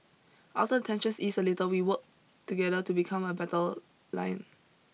after tensions ease a little we work together to become a battle lion